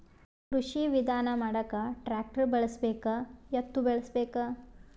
ಕೃಷಿ ವಿಧಾನ ಮಾಡಾಕ ಟ್ಟ್ರ್ಯಾಕ್ಟರ್ ಬಳಸಬೇಕ, ಎತ್ತು ಬಳಸಬೇಕ?